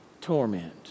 torment